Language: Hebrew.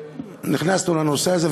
ונכנסנו לנושא הזה,